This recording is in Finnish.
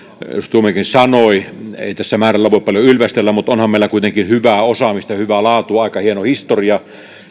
tuomiojakin sanoi ei tässä määrällä voi paljon ylvästellä mutta onhan meillä kuitenkin hyvää osaamista ja hyvä laatu aika hieno historia